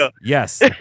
yes